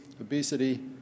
obesity